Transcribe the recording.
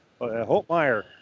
Holtmeyer